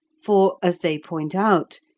for, as they point out,